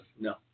No